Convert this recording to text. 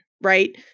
right